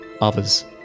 others